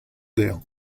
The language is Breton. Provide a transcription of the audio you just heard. dezhañ